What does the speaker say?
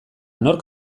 nork